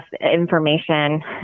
information